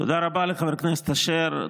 תודה רבה לחבר הכנסת אשר.